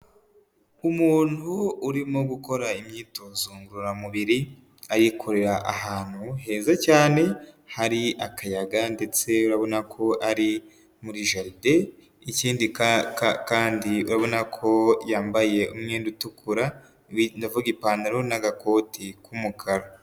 Umuntu urimo gukora imyitozo ngororamubiri ayikorera ahantu heza cyane, hari akayaga ndetse urabona ko ari muri jaride, ikindi kandi urabona ko yambaye umwenda utukura ndavuga ipantaro n'agakoti k'umukara.